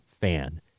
fan